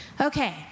Okay